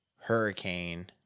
hurricane